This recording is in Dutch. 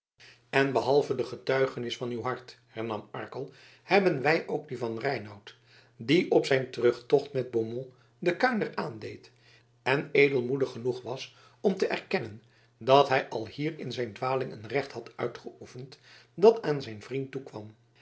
en behalve de getuigenis van uw hart hernam arkel hebben wij ook die van reinout die op zijn terugtocht met beaumont de kuinder aandeed en edelmoedig genoeg was om te erkennen dat hij alhier in zijn dwaling een recht had uitgeoefend dat aan zijn vriend toekwam